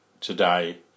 today